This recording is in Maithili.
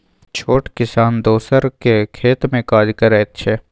छोट किसान दोसरक खेत मे काज करैत छै